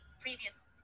previous